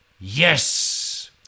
Yes